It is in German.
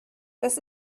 das